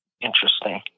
Interesting